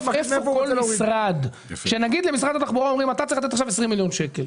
אומרים למשל למשרד התחבורה שהוא צריך לתת 20 מיליון שקלים,